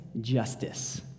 justice